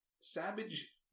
savage